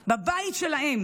בבית שלהם,